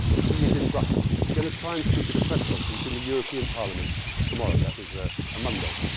but he is in brussels. he's gonna try and speak at a press conference in the european parliament tomorrow. that was ah a monday.